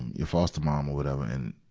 your foster mom, or whatever. and,